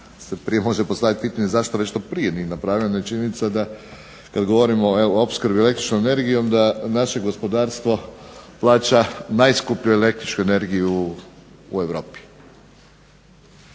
se prije može postaviti pitanje zašto već to nije napravljeno, jer činjenica da kad govorimo evo o opskrbi električnom energijom, da naše gospodarstvo plaća najskuplju električnu energiju u Europi.